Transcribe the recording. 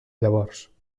llavors